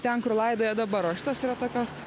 ten kur laidoja dabar o šitos yra tokios